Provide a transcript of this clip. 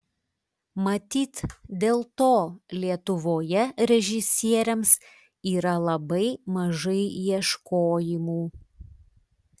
matyt dėl to lietuvoje režisieriams yra labai mažai ieškojimų